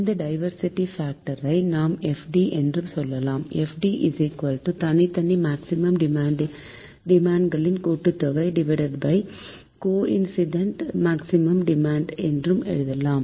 இந்த diversity factor ஐ நாம் FD என்று சொல்லலாம் FD தனித்தனி மேக்சிமம் டிமாண்ட்களின் கூட்டுத்தொகை கோஇன்சிடென்ட் மேக்சிமம் டிமாண்ட் என்று எழுதலாம்